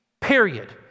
period